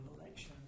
election